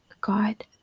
god